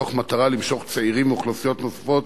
מתוך מטרה למשוך צעירים ואוכלוסיות נוספות